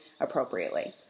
appropriately